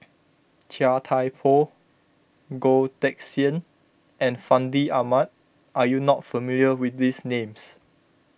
Chia Thye Poh Goh Teck Sian and Fandi Ahmad are you not familiar with these names